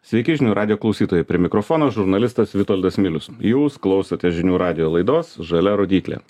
sveiki žinių radijo klausytojai prie mikrofono žurnalistas vitoldas milius jūs klausote žinių radijo laidos žalia rodyklė